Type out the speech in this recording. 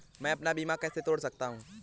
मैं अपना बीमा कैसे तोड़ सकता हूँ?